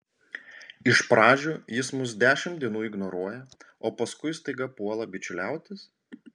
iš pradžių jis mus dešimt dienų ignoruoja o paskui staiga puola bičiuliautis